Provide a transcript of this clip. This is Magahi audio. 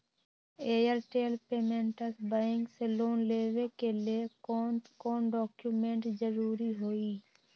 एयरटेल पेमेंटस बैंक से लोन लेवे के ले कौन कौन डॉक्यूमेंट जरुरी होइ?